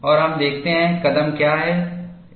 और हम देखते हैं कदम क्या हैं